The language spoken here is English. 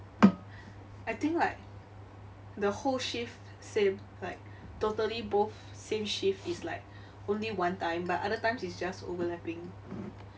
I think like the whole shift same like totally both same shift is like only one time but other times it's just overlapping